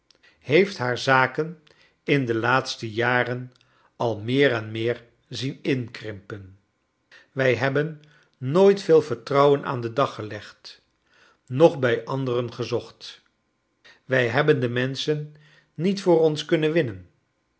heeft haar za j ken in de laatste jaren al ineer en nicer zien inkrimpen wij hebben nooit veel vertrouwcn aan den dag gelegd noch bij anderen gczocht wij hebben de nienscken niet voor ons kunnen winnen